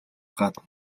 гадна